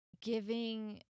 giving